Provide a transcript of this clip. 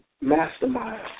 mastermind